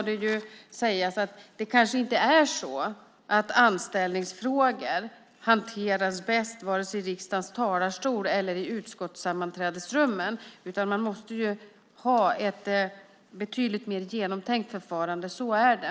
Det må sägas att det kanske inte är så att anställningsfrågor bäst hanteras vare sig i riksdagens talarstol eller i utskottens sammanträdesrum. Man måste ha ett betydligt mer genomtänkt förfarande. Så är det.